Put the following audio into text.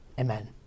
Amen